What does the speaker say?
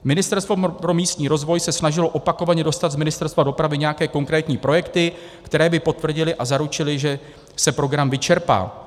Ministerstvo pro místní rozvoj se snažilo opakovaně dostat z Ministerstva dopravy nějaké konkrétní projekty, které by potvrdily a zaručily, že se program vyčerpá.